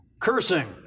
Cursing